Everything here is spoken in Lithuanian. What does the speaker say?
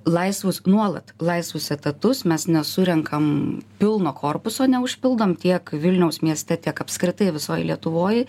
laisvus nuolat laisvus etatus mes nesurenkame pilno korpuso neužpildom tiek vilniaus mieste tiek apskritai visoj lietuvoj